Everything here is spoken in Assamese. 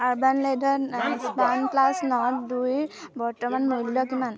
আৰ্বান লেডাৰত ৱানপ্লাছ নৰ্ড দুইৰ বৰ্তমান মূল্য কিমান